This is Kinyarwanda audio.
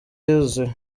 yuzuye